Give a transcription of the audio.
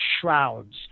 shrouds